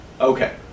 okay